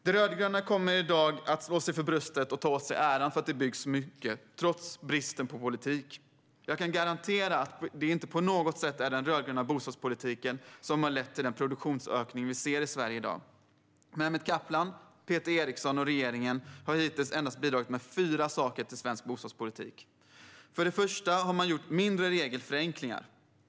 De rödgröna kommer i dag att slå sig för bröstet och ta åt sig äran för att det byggs mycket, trots bristen på politik. Jag kan garantera att det inte på något sätt är den rödgröna bostadspolitiken som har lett till den produktionsökning som vi ser i Sverige i dag. Mehmet Kaplan, Peter Eriksson och regeringen har hittills bidragit med endast fyra saker till svensk bostadspolitik. För det första har man gjort mindre regelförenklingar.